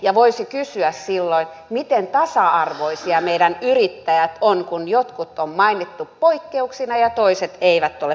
ja voisi kysyä silloin miten tasa arvoisia meidän yrittäjät ovat kun jotkut on mainittu poikkeuksina ja toiset eivät ole poikkeuksina